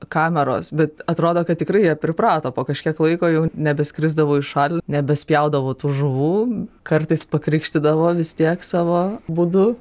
kameros bet atrodo kad tikrai jie priprato po kažkiek laiko jau nebeskrisdavo į šalį nebespjaudavo tų žuvų kartais pakrikštydavo vis tiek savo būdu